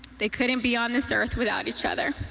they couldn't be on this earth without each other.